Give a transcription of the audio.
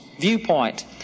viewpoint